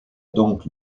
donc